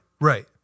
Right